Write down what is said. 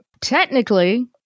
technically